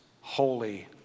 holy